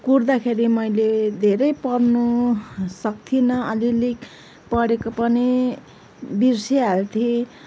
कुट्दाखेरि मैले धेरै पढ्नु सक्थिनँ अलिअलि पढेको पनि बिर्सिहाल्थेँ